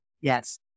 Yes